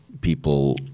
people